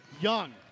Young